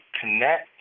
connect